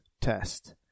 test